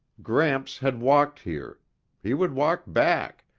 gramps had walked here he would walk back,